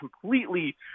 completely